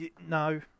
no